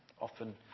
Often